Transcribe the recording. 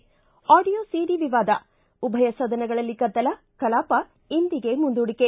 ಿ audio CD ವಿವಾದ ಉಭಯ ಸದನಗಳಲ್ಲಿ ಗದ್ದಲ ಕಲಾಪ ಇಂದಿಗೆ ಮುಂದೂಡಿಕೆ